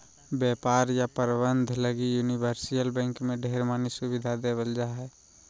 व्यापार या प्रबन्धन लगी यूनिवर्सल बैंक मे ढेर मनी सुविधा देवल जा हय